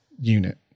unit